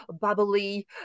bubbly